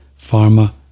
pharma